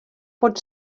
pot